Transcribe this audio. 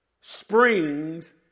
springs